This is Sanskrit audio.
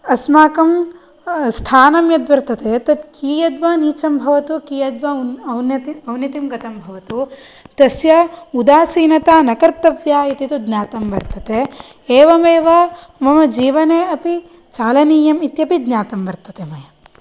अस्माकं स्थानं यद्वर्तते तत् कियद्वा नीचं भवतु कियद्वा उन्न औन्नति औनत्यं गतं भवतु तस्य उदासीनता न कर्तव्या इति तु ज्ञातं वर्तते एवमेव मम जीवने अपि चालनीयम् इत्यपि ज्ञातं वर्तते मया